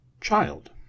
child